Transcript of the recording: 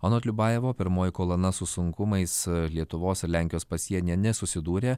anot liubajevo pirmoji kolona su sunkumais lietuvos ir lenkijos pasienyje nesusidūrė